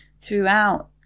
throughout